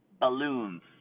Balloons